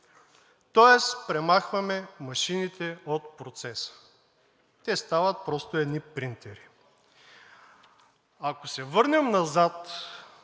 Тоест премахваме машините от процеса и те стават просто едни принтери. Ако се върнем назад